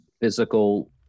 physical